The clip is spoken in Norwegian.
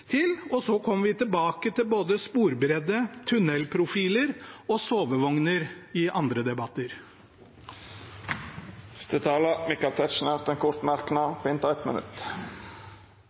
og så kommer vi tilbake til både sporbredde, tunnelprofiler og sovevogner i andre debatter. Representanten Michael Tetzschner har hatt ordet to gonger tidlegare og får ordet til ein kort merknad, avgrensa til 1 minutt.